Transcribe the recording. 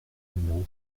numéro